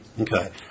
Okay